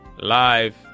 Live